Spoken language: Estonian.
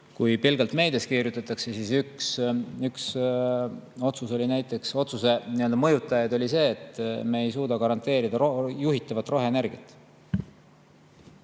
kui pelgalt meedias kirjutatakse, siis üks otsuse mõjutajaid oli see, et me ei suuda garanteerida juhitavat roheenergiat.